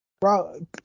Bro